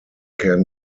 can